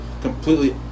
completely